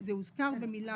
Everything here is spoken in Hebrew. זה הוזכר במילה